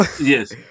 Yes